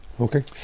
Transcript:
Okay